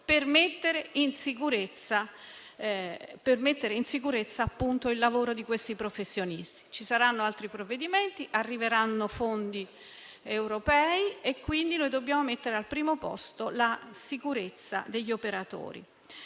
per mettere in sicurezza il lavoro di questi professionisti. Ci saranno altri provvedimenti e arriveranno fondi europei. Dobbiamo mettere al primo posto la sicurezza degli operatori,